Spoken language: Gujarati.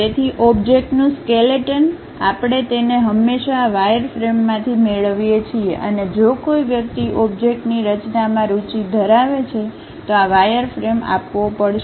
તેથી ઓબ્જેક્ટનું સકેલેટન આપણે તેને હંમેશાં આ વાયરફ્રેમમાંથી મેળવીએ છીએ અને જો કોઈ વ્યક્તિ ઓબ્જેક્ટની રચનામાં રુચિ ધરાવે છે તો આ વાયરફ્રેમ આપવો પડશે